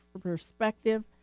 perspective